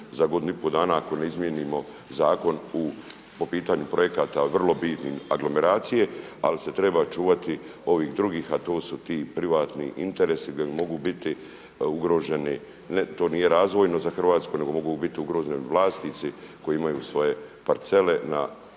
za godinu i pol dana ako ne izmijenimo zakon po pitanju projekata vrlo bitnim aglomeracije, ali se treba čuvati ovih drugih, a to su ti privatni interesi jel mogu biti ugroženi. Ne, to nije razvojno za Hrvatsku nego mogu biti ugroženi vlasnici koji imaju svoje parcele na ciljanim